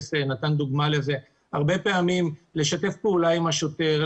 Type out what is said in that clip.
נתן דוגמה לזה הרבה פעמים לשתף פעולה עם השוטר,